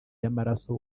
y’amaraso